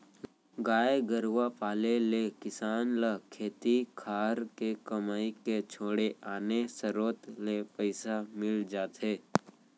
गाय गरूवा पाले ले किसान ल खेती खार के कमई के छोड़े आने सरोत ले पइसा मिल जाथे